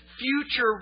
future